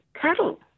cattle